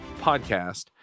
podcast